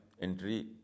entry